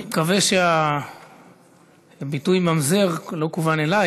אני מקווה שהביטוי "ממזר" לא כוון אלי,